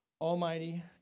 Almighty